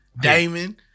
Damon